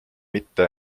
mitte